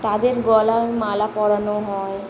তাঁদের গলায় মালা পরানো হয়